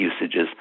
usages